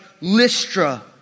Lystra